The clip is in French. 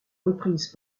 reprise